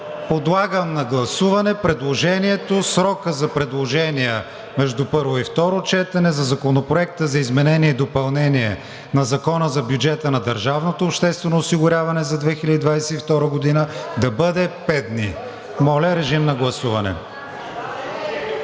подлагам на гласуване предложението срокът за предложения между първо и второ четене за Законопроекта за изменение и допълнение на Закона за бюджета на държавното обществено осигуряване за 2022 г. да бъде пет дни. Гласували